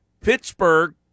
Pittsburgh